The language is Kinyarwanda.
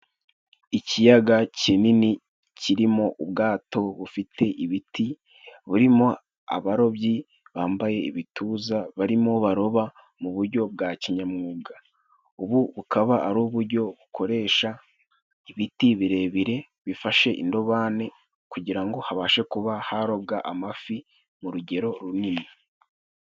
Ikiyaga kinini kirimo ubwato. Bufite ibiti burimo abarobyi bambaye ibituza barimo baroba mu buryo bwa kinyamwuga. Ubu bukaba ari uburyo bukoresha ibiti birebire, bifashe indobani kugirango ngo habashe kuba harobwa amafi mu rugero runini.